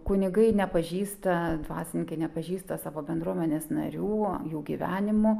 kunigai nepažįsta dvasininkai nepažįsta savo bendruomenės narių jų gyvenimų